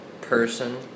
person